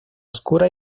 oscura